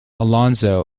alonzo